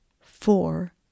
four